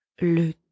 le